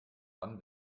wann